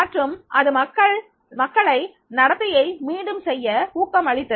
மற்றும் அது மக்களை நடத்தையை மீண்டும் செய்ய ஊக்கம் அளித்தது